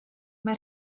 mae